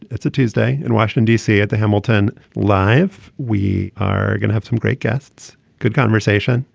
it's a tuesday in washington d c. at the hamilton live. we are going to have some great guests. good conversation.